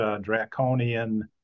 draconian